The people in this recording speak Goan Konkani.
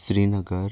श्रीनगर